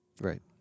Right